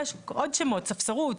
יש עוד שמות כמו ספסרות,